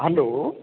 hello